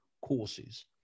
courses